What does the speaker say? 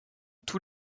tous